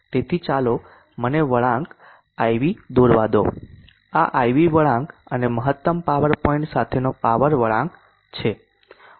તેથી ચાલો મને IV વળાંક દોરવા દો અને આ IV વળાંક અને મહત્તમ પાવર પોઇન્ટ સાથેનો પાવર વળાંક છે